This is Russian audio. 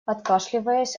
откашливаясь